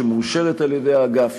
שמאושרת על-ידי האגף,